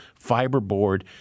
fiberboard